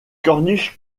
corniche